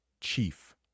chief